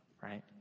right